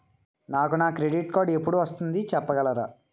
నాకు నా credit card ఎపుడు వస్తుంది చెప్పగలరా?